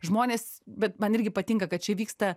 žmonės bet man irgi patinka kad čia vyksta